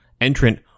entrant